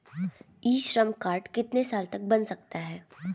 ई Shram card कितने साल तक बन सकता है?